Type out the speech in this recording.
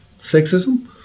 sexism